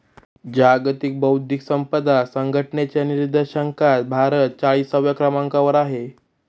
जागतिक बौद्धिक संपदा संघटनेच्या निर्देशांकात भारत चाळीसव्या क्रमांकावर आहे